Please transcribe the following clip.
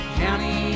county